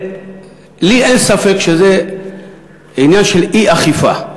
לי אין ספק שזה עניין של אי-אכיפה.